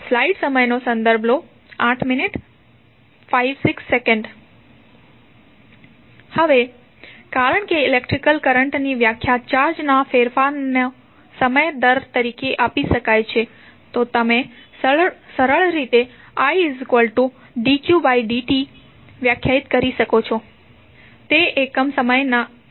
હવે કારણ કે ઇલેક્ટ્રિક કરંટની વ્યાખ્યા 'ચાર્જના ફેરફારનો સમય દર' તરીકે આપી શકાય છે તો તમે સરળ રીતે Idqdt વ્યાખ્યાયિત કરી શકો છો